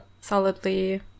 solidly